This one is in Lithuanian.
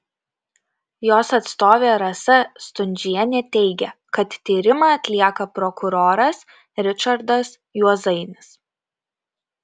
jos atstovė rasa stundžienė teigė kad tyrimą atlieka prokuroras ričardas juozainis